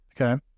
Okay